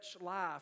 life